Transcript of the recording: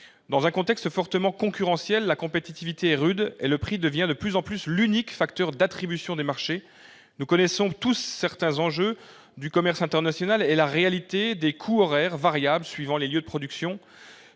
Dans un contexte fortement concurrentiel, le prix devient de plus en plus l'unique facteur d'attribution des marchés. Nous connaissons tous certains enjeux du commerce international et la réalité des coûts horaires variables suivant les lieux de production.